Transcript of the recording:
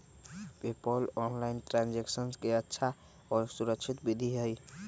PayPal online transaction के अच्छा और सुरक्षित विधि हई